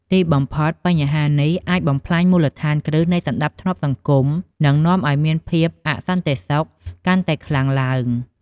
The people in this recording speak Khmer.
ទីបំផុត បញ្ហានេះអាចបំផ្លាញមូលដ្ឋានគ្រឹះនៃសណ្តាប់ធ្នាប់សង្គម និងនាំឱ្យមានភាពអសន្តិសុខកាន់តែខ្លាំងឡើង។